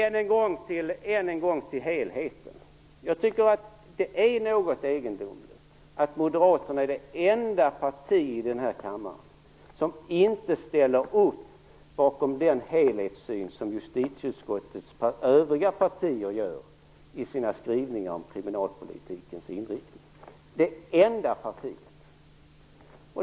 Än en gång tillbaka till helheten. Det är något egendomligt att Moderaterna är det enda parti i den här kammaren som inte ställer upp bakom den helhetssyn som justitieutskottets övriga partier gör i sina skrivningar om kriminalpolitikens inriktning.